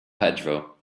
pedro